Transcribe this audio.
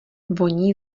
voní